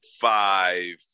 five